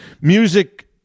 music